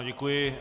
Děkuji.